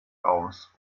aus